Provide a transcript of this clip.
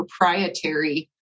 proprietary